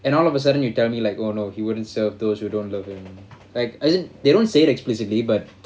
and all of a sudden you tell me like oh no he wouldn't serve those who don't love him like as in they don't say it explicitly but